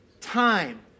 time